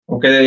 Okay